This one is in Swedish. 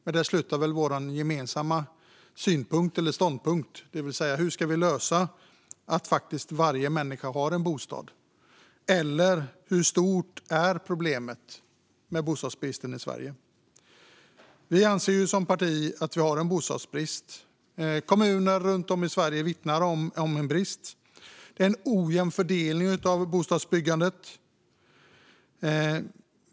Men sedan, när det kommer till hur vi ska se till att varje människa har en bostad eller hur stort problemet med bostadsbristen är i Sverige, slutar vår gemensamma ståndpunkt. Vi anser som parti att vi har en bostadsbrist i Sverige. Kommuner runt om i landet vittnar om en brist och om en ojämn fördelning av bostadsbyggandet.